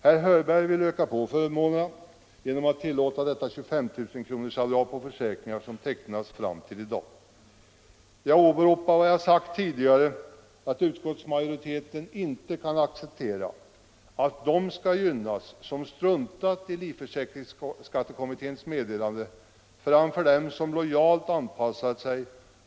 Herr Hörberg vill öka på förmånerna genom att tillåta detta 25 000-kronorsavdrag på försäkringar som tecknats fram till i dag. Jag åberopar vad jag sagt tidigare, att utskottsmajoriteten inte kan acceptera att de skall gynnas som struntat i livförsäkringsskattekommitténs meddelande framför dem som lojalt anpassat sig.